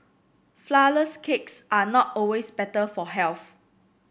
flourless cakes are not always better for health